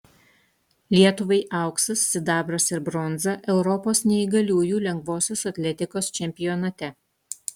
lietuvai auksas sidabras ir bronza europos neįgaliųjų lengvosios atletikos čempionate